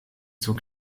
zur